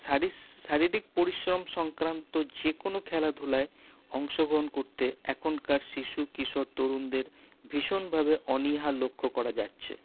সারি শারীরিক পরিশ্রম সংক্রান্ত যে কোনো খেলাধুলাই অংশগ্রহণ করতে এখনকার শিশু কিশোর তরুনদের ভীষণভাবে অনিহা লক্ষ্য করা যাচ্ছে